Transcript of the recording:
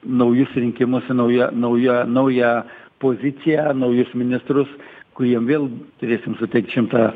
naujus rinkimus su nauja nauja nauja poziciją naujus ministrus kuriem vėl turėsim suteikt šimtą